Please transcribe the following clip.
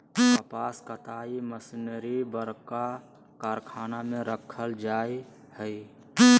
कपास कताई मशीनरी बरका कारखाना में रखल जैय हइ